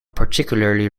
particularly